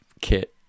kit